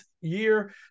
year